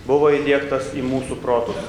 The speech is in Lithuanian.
buvo įdiegtas į mūsų protus